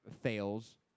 Fails